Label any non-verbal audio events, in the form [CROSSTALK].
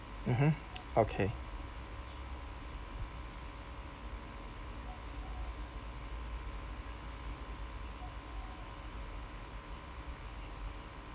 mmhmm [NOISE] okay